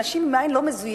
אנשים עם עין לא מזוינת,